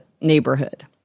neighborhood